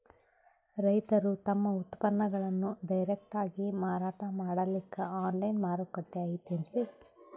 ರೈತರು ತಮ್ಮ ಉತ್ಪನ್ನಗಳನ್ನು ಡೈರೆಕ್ಟ್ ಆಗಿ ಮಾರಾಟ ಮಾಡಲಿಕ್ಕ ಆನ್ಲೈನ್ ಮಾರುಕಟ್ಟೆ ಐತೇನ್ರೀ?